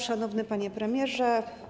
Szanowny Panie Premierze!